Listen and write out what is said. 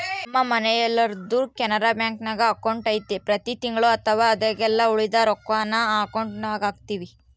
ನಮ್ಮ ಮನೆಗೆಲ್ಲರ್ದು ಕೆನರಾ ಬ್ಯಾಂಕ್ನಾಗ ಅಕೌಂಟು ಐತೆ ಪ್ರತಿ ತಿಂಗಳು ಅಥವಾ ಆದಾಗೆಲ್ಲ ಉಳಿದ ರೊಕ್ವನ್ನ ಈ ಅಕೌಂಟುಗೆಹಾಕ್ತಿವಿ